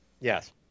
yes